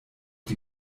die